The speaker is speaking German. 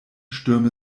stürme